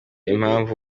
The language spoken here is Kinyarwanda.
impamvu